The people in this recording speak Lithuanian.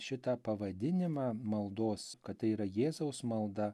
šitą pavadinimą maldos kad tai yra jėzaus malda